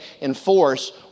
enforce